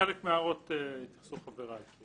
לחלק מההערות יתייחסו חבריי.